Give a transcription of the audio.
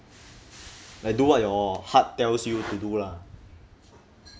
like do what your heart tells you to do lah